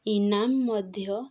ଇନାମ୍ ମଧ୍ୟ